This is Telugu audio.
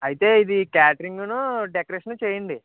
అయితే ఇది క్యాటరింగూను డెకరేషను చెయ్యండి